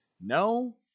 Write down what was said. No